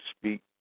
speak